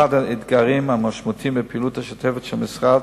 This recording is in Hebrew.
האתגרים המשמעותיים בפעילות השוטפת של המשרד,